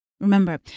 Remember